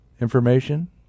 information